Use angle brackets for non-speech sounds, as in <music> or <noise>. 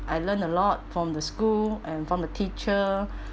I learn a lot from the school and from the teacher <breath>